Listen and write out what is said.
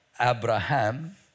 abraham